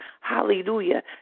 Hallelujah